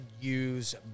use